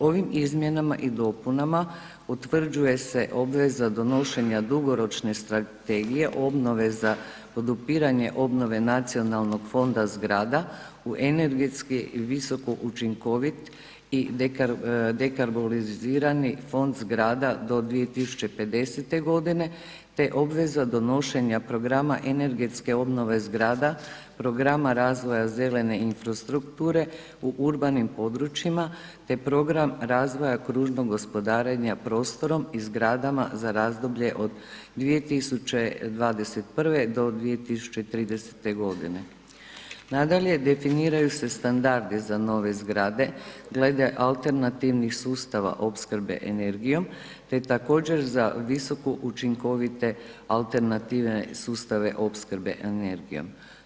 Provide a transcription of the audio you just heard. Ovim izmjenama i dopunama utvrđuje se obveza donošenja dugoročne strategije obnove za podupiranje obnove nacionalnog fonda zgrada u energetski visokoučinkovit i dekarbolizirani fond zgrada do 2050.g., te obveza donošenja programa energetske obnove zgrada, programa razvoja zelene infrastrukture u urbanim područjima, te program razvoja kružnog gospodarenja prostorom i zgradama za razdoblje od 2021. do 2030.g. Nadalje, definiraju se standardi za nove zgrade glede alternativnih sustava opskrbe energijom, te također za visoku učinkovite alternative sustave opskrbe energijom.